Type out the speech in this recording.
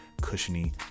cushiony